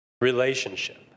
Relationship